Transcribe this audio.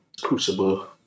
crucible